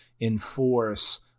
enforce